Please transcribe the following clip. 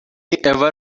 ever